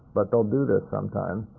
but they'll do this sometimes.